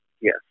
Yes